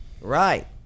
Right